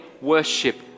worship